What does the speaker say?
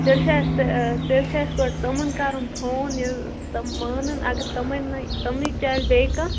تیٚلہِ چھُ اَسہِ تیٚلہِ چھُ اَسہِ گۄڈٕ تِمن کَرُن فون ییٚلہِ تِم مانن اگر تِمنٕےَ تِمنٕے چلہِ بیٚیہِ کانٛہہ